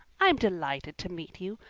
i'm delighted to meet you.